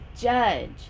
judge